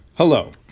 Hello